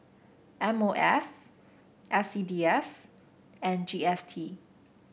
M O F S C D F and G S T